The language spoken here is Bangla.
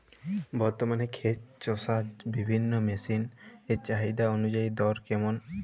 বর্তমানে ক্ষেত চষার বিভিন্ন মেশিন এর চাহিদা অনুযায়ী দর কেমন?